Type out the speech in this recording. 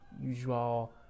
usual